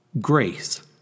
Grace